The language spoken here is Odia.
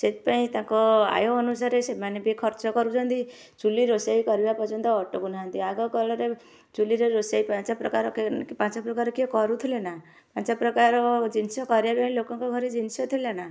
ସେଇଥିପାଇଁ ତାଙ୍କ ଆୟ ଅନୁସାରେ ସେମାନେ ବି ଖର୍ଚ୍ଚ କରୁଛନ୍ତି ଚୁଲି ରୋଷେଇ କରିବା ପର୍ଯ୍ୟନ୍ତ ଅଟକୁ ନାହାଁନ୍ତି ଆଗ କଲରେ ଚୁଲିରେ ରୋଷେଇ ପାଞ୍ଚ ପ୍ରକାର ପାଞ୍ଚ ପ୍ରକାର କିଏ କରୁଥିଲେ ନା ପାଞ୍ଚ ପ୍ରକାର ଜିନିଷ କରିବା ପାଇଁ ଲୋକଙ୍କ ଘରେ ଜିନିଷ ଥିଲା ନା